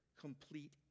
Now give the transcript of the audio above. complete